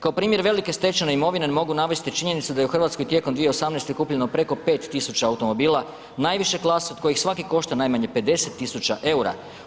Kao primjer velike stečene imovine mogu navesti činjenicu da je u Hrvatskoj tijekom 2018. kupljeno preko 5000 automobila najviše klase od kojih svaki košta najmanje 50 000 eura.